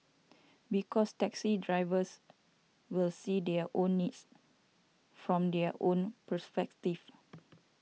because taxi drivers will see their own needs from their own perspective